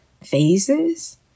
phases